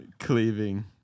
Cleaving